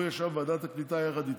הוא ישב בוועדת הקליטה יחד איתי,